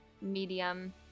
medium